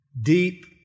deep